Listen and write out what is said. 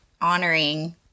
honoring